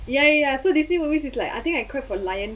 ya ya ya so Disney movies is like I think I crave for lion